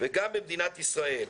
וגם במדינת ישראל,